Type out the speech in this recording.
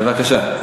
בבקשה.